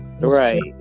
Right